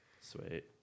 Sweet